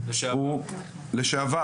לשעבר,